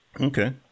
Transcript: Okay